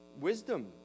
Wisdom